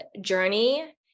journey